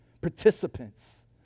participants